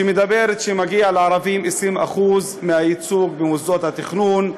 שאומרת שמגיע לערבים 20% מהייצוג במוסדות התכנון.